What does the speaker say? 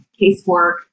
casework